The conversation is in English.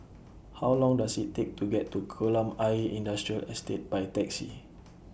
How Long Does IT Take to get to Kolam Ayer Industrial Estate By Taxi